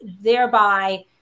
thereby